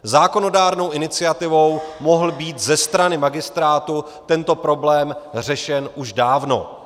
Zákonodárnou iniciativou mohl být ze strany magistrátu tento problém řešen už dávno.